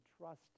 trust